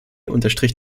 unterstrich